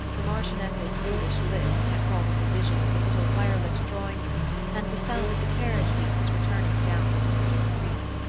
the marchioness's foolish lisp had called up a vision of the little fire-lit drawing-room and the sound of the carriage-wheels returning down the deserted street.